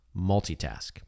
multitask